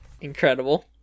Incredible